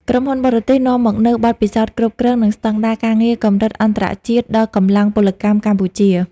ក្រុមហ៊ុនបរទេសនាំមកនូវបទពិសោធន៍គ្រប់គ្រង និងស្ដង់ដារការងារកម្រិតអន្តរជាតិដល់កម្លាំងពលកម្មកម្ពុជា។